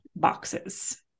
Boxes